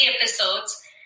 episodes